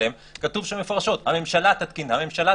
אליהן כתוב מפורשות: הממשלה תתקין.